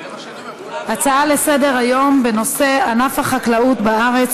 הצעות לסדר-היום בנושא: ענף החקלאות בארץ